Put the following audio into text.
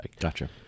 Gotcha